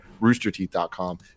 roosterteeth.com